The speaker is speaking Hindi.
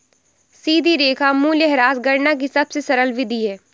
सीधी रेखा मूल्यह्रास गणना की सबसे सरल विधि है